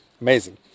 amazing